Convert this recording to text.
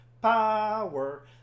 Power